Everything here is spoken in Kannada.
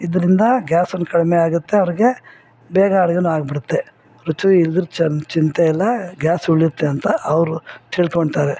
ಇದರಿಂದ ಗ್ಯಾಸ್ ಒಂದು ಕಡಿಮೆಯಾಗುತ್ತೆ ಅವ್ರಿಗೆ ಬೇಗ ಅಡಿಗೆ ಆಗ್ಬಿಡುತ್ತೆ ರುಚಿ ಇಲ್ದಿರೂ ಚೆನ್ ಚಿಂತೆ ಇಲ್ಲ ಗ್ಯಾಸ್ ಉಳಿಯುತ್ತೆ ಅಂತ ಅವರು ತಿಳ್ಕೊಳ್ತಾರೆ